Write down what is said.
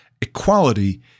Equality